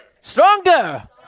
Stronger